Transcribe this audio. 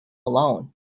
alone